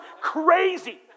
crazy